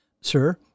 Sir